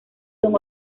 son